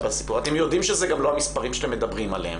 אתם יודעים שאלה גם לא המספרים שאתם מדברים עליהם.